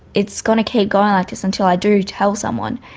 it's going to keep going like this until i do tell someone.